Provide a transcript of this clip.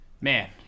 Man